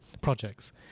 projects